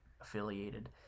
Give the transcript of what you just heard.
affiliated